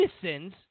citizens